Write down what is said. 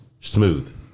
Smooth